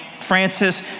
Francis